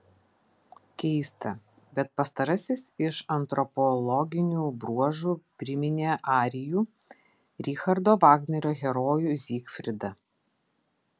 keista bet pastarasis iš antropologinių bruožų priminė arijų richardo vagnerio herojų zygfridą